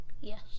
Yes